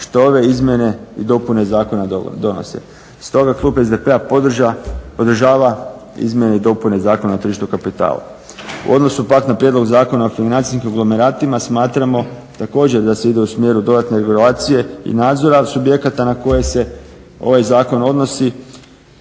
što ove izmjene i dopune zakona donose. Stoga klub SDP podržava izmjene i dopune Zakona o tržištu kapitala. U odnosu pak na Prijedlog zakona o financijskim konglomeratima smatramo također da se ide u smjeru dodatne regulacije i nadzora subjekata na koje se ovaj zakon odnosi